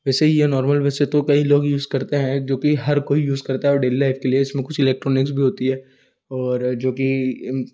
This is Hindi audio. ऐसे यह नोर्मल बस तो कई लोग यूज़ करते हैं जो कि हर कोई यूज़ करता है डेली लाइफ के लिए इसमें कुछ इलेक्ट्रॉनिक्स भी होती है और जो कि